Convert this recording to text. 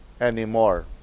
anymore